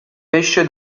pesce